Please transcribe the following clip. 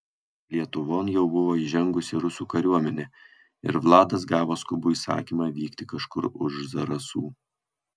lietuvon jau buvo įžengusi rusų kariuomenė ir vladas gavo skubų įsakymą vykti kažkur už zarasų